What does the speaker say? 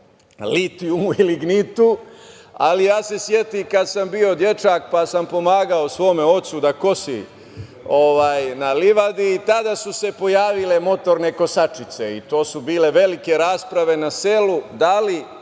litijumu i lignitu, ali ja se setih kad sam bio dečak, pa sam pomagao svom ocu da kosi na livadi tada su se pojavile motorne kosačice. To su bile velike rasprave na selu, da li